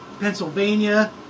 Pennsylvania